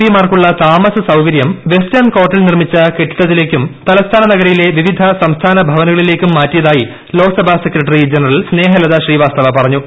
പിമാർക്കുള്ള താമസസൌകര്യം വെസ്റ്റേൺ കോർട്ടിൽ നിർമ്മിച്ച കെട്ടിടത്തിലേക്കും തലസ്ഥാന നഗരിയിലെ വിവിധ സംസ്ഥാന ഭവനുകളിലേക്കും മാറ്റിയതായി ലോകസഭ സെക്രട്ടറി ജനറൽ സ്നേഹലത ശ്രീവാസ്തവ പറഞ്ഞു